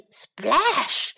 splash